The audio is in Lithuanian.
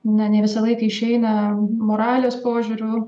na ne visą laiką išeina moralės požiūriu